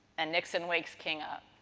and, nixon wakes king up.